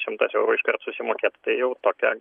šimtas eurų iškart susimokėt tai jau tokia